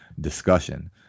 discussion